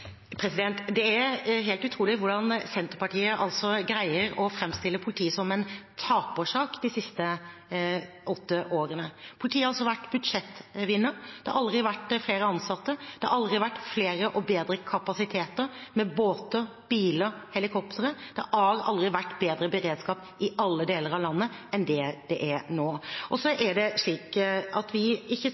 Det er helt utrolig hvordan Senterpartiet greier å framstille politiet som en tapersak de siste åtte årene. Politiet har altså vært budsjettvinner. Det har aldri vært flere ansatte. Det har aldri vært flere og bedre kapasiteter – med båter, biler, helikoptre. Det har aldri vært bedre beredskap i alle deler av landet enn det er nå. Vi sitter ikke i Justisdepartementet og fordeler verken mennesker eller materialer ut til distriktene. Det har vi